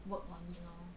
work on it lor